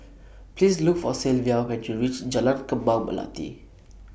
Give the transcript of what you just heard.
Please Look For Sylvia when YOU REACH Jalan Kembang Melati